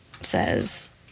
says